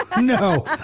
No